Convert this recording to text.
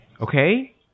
okay